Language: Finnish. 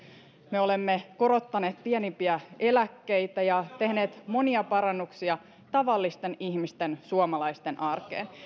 me olemme korottaneet pienimpiä eläkkeitä ja tehneet monia parannuksia tavallisten ihmisten suomalaisten arkeen